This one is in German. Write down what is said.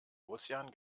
ozean